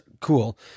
cool